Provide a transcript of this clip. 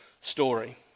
story